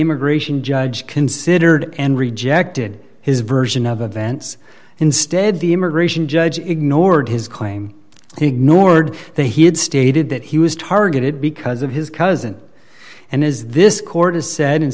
immigration judge considered and rejected his version of events instead the immigration judge ignored his claim he ignored that he had stated that he was targeted because of his cousin and is this court has said